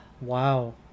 Wow